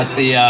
the,